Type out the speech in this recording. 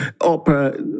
opera